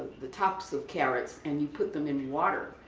the tops of carrots and you put them in water,